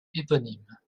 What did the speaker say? éponyme